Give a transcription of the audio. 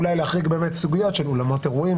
אולי להחריג סוגיות של אולמות אירועים,